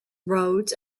roads